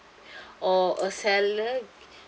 or a seller